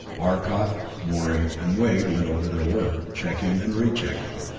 arcot, morey and wade went over their work, checking and rechecking.